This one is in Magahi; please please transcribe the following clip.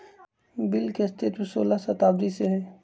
बिल के अस्तित्व सोलह शताब्दी से हइ